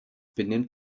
benimmt